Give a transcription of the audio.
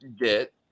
get